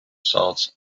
salts